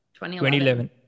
2011